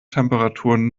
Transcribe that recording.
temperaturen